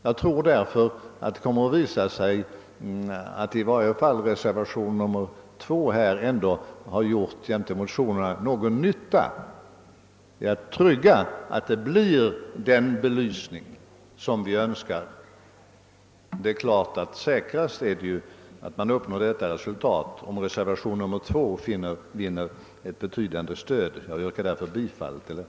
Jag tror därför att det kommer att visa sig att i varje fall reservationen 2 jämte motionen har gjort någon nytta genom att trygga att den belysning som vi önskar kommer till stånd. Säkrast uppnår man dock detta resultat om reservationen 2 vinner ett betydande stöd. Jag yrkar därför bifall till den.